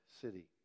City